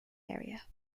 area